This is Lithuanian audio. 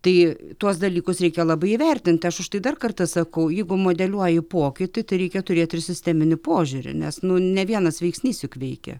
tai tuos dalykus reikia labai įvertinti aš už tai dar kartą sakau jeigu modeliuoji pokytį tai reikia turėti ir sisteminį požiūrį nes nu ne vienas veiksnys juk veikia